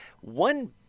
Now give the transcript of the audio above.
one